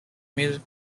amusement